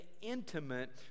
intimate